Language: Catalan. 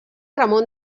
ramon